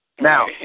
Now